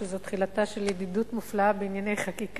שזאת תחילתה של ידידות מופלאה בענייני חקיקה.